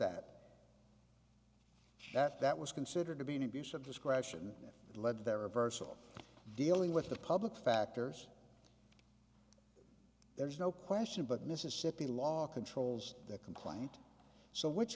that that that was considered to be an abuse of discretion that led to their reversal dealing with the public factors there is no question but mississippi law controls the complaint so which